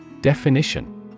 Definition